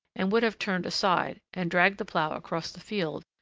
and would have turned aside and dragged the plough across the field,